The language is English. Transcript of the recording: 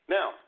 Now